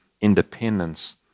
independence